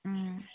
ꯎꯝ